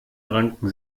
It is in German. ranken